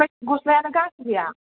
दा गस्लायानो गांसे गैया